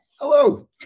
Hello